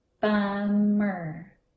bummer